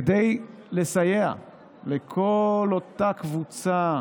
כדי לסייע לכל אותה קבוצה